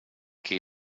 qui